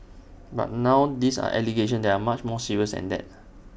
but now these are allegations that are much more serious than that